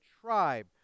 tribe